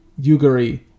Yuguri